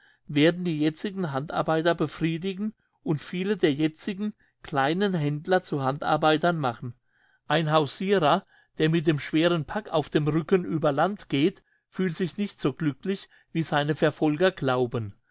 werden die jetzigen handarbeiter befriedigen und viele der jetzigen kleinen händler zu handarbeitern machen ein hausirer der mit dem schweren pack auf dem rücken über land geht fühlt sich nicht so glücklich wie seine verfolger glauben